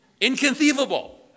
Inconceivable